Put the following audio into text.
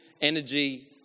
energy